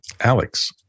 Alex